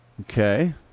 Okay